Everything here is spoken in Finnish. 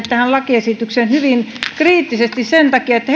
tähän lakiesitykseen hyvin kriittisesti sen takia että